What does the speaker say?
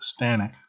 Stanek